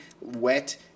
wet